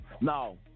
Now